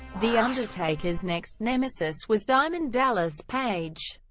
the undertaker's next nemesis was diamond dallas page,